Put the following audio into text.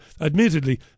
Admittedly